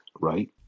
right